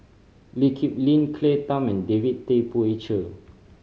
Lee Kip Lin Claire Tham and David Tay Poey Cher